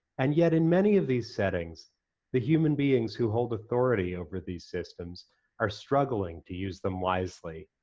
and yet in many of these settings the human beings who hold authority over these systems are struggling to use them wisely.